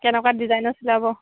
কেনেকুৱা ডিজাইনৰ চিলাব